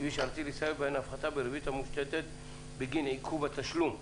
כביש --- הפחתה בריבית המושתת בגין עיכוב התשלום.